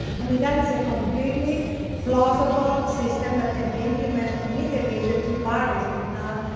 i mean, that is a completely plausible system that can be implemented immediately if the two parties did not